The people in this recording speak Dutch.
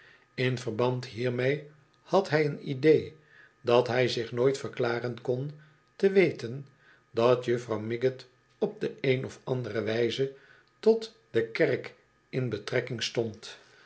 in verband hiermee had hij een idee dat hij zich nooit verklaren kon te weten dat juffrouw miggot op de eene of andere wijze tot de kerk in betrekking stond